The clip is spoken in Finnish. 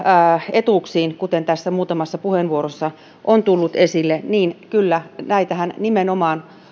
etuuksiin jotka tässä muutamassa puheenvuorossa ovat tulleet esille niin kyllä näitähän nimenomaan